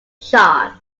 shark